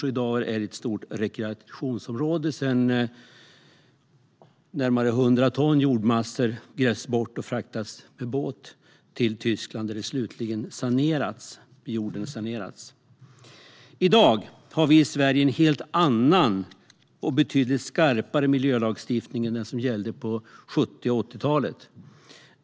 Det är i dag ett stort rekreationsområde sedan drygt närmare 100 ton jordmassor grävts bort och fraktats med båt till Tyskland där jorden slutligen sanerats. I dag har vi i Sverige en helt annan och betydligt skarpare miljölagstiftning än den som gällde på 70 och 80-talen.